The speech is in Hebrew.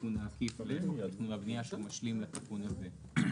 זה משלים לתיקון הזה.